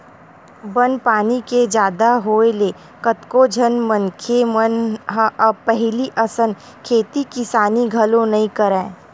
बन पानी के जादा होय ले कतको झन मनखे मन ह अब पहिली असन खेती किसानी घलो नइ करय